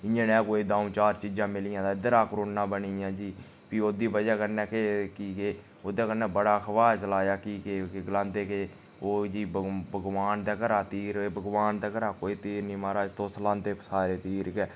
इ'यां ने कोई दऊं चार चीजां मिलियां इद्धरा कोरोना बनी गेआ जी फ्ही ओह्दी वजहा कन्नै के कि के ओह्दे कन्नै बड़ा अखवाह चलाया कि के गलांदे के ओह् जी बम भगवान दे घरा तीर हे भगवान दे घरा कोई तीर नी महाराज तुस लांदे हे सारे तीर गै